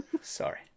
Sorry